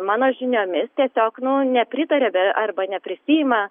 mano žiniomis tiesiog nu nepritaria be arba neprisiima